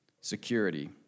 Security